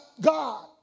God